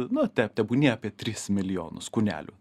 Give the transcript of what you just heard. nu te tebūnie apie tris milijonus kūnelių